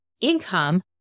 income